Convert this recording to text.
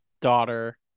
daughter